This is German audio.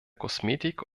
kosmetik